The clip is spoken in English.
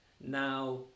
now